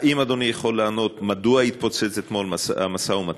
האם אדוני יכול לענות מדוע התפוצץ אתמול המשא-ומתן?